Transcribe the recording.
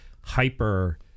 hyper